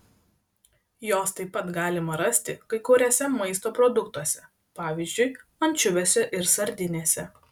jos taip pat galima rasti kai kuriuose maisto produktuose pavyzdžiui ančiuviuose ir sardinėse